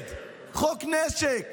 נגד חוק נשק